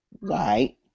Right